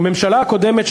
הממשלה הקודמת,